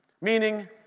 Meaning